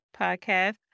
podcast